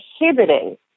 inhibiting